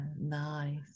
nice